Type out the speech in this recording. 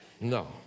No